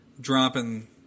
Dropping